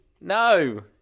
No